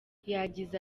yagize